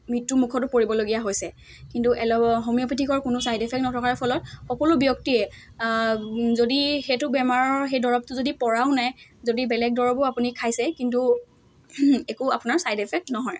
মৃত্যুমুখতো পৰিবলগীয়া হৈছে কিন্তু এল' হোমিঅ'পেথিকৰ কোনো ছাইড ইফেক্ট নথকাৰ ফলত সকলো ব্যক্তিয়ে যদি সেইটো বেমাৰৰ সেই দৰৱটো যদি পৰাও নাই যদি বেলেগ দৰৱো আপুনি খাইছে কিন্তু একো আপোনাৰ ছাইড ইফেক্ট নহয়